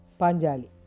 Panjali